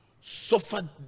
suffered